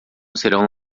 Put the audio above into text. serão